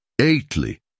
Eighthly